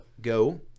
go